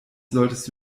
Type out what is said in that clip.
solltest